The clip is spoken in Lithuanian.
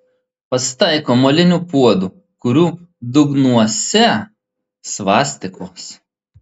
pasitaiko molinių puodų kurių dugnuose svastikos